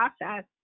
process